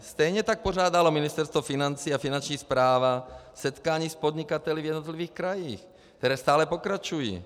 Stejně tak pořádalo Ministerstvo financí a finanční správa setkání s podnikateli v jednotlivých krajích, která stále pokračují.